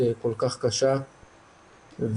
אלא גם המשפחה שלי שלא ידעה לתת לי את הטיפול הנכון,